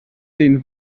den